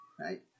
Right